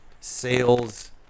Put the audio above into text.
sales